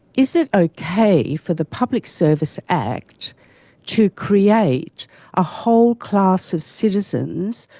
is it okay for the public service act to create a whole class of citizens,